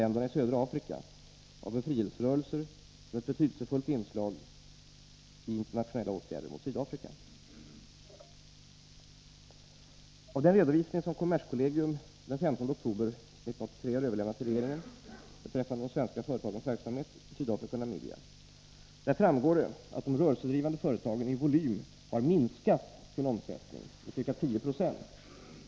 länderna i södra Afrika och av befrielserörelser som ett betydelsefullt inslag i internationella åtgärder mot Sydafrika. Av den redovisning som kommerskollegium den 15 oktober 1983 har överlämnat till regeringen beträffande de svenska företagens verksamhet i Sydafrika och Namibia framgår att de rörelsedrivande företagen i volym har minskat sin omsättning med ca 10 26.